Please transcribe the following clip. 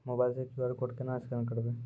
Mobile से QR code केना scan करबै?